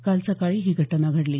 काल सकाळी ही घटना घडली